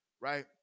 right